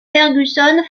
fergusson